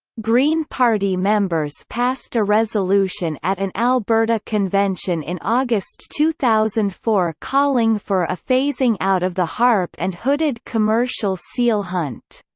green party members passed a resolution at an alberta convention in august two thousand and four calling for a phasing out of the harp and hooded commercial seal hunt.